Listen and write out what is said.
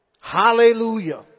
Hallelujah